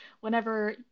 whenever